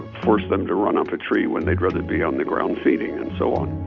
forced them to run up a tree when they'd rather be on the ground feeding and so on.